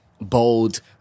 bold